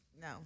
no